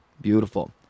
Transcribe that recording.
Beautiful